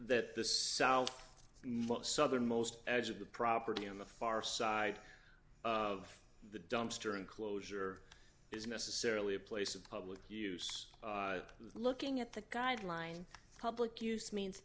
that this most southern most edge of the property on the far side of the dumpster enclosure is necessarily a place of public use looking at the guideline public use means